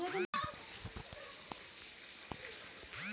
सबसे कम लागत में कौन सी फसल होती है बताएँ?